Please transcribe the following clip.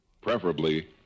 preferably